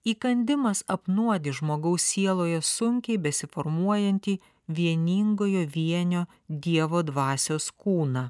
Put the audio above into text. įkandimas apnuodys žmogaus sieloje sunkiai besiformuojantį vieningojo vienio dievo dvasios kūną